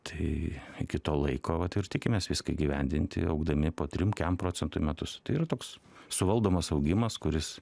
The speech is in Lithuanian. tai iki to laiko vat ir tikimės viską įgyvendinti augdami po trim kem procentų į metus tai ir toks suvaldomas augimas kuris